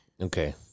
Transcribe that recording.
Okay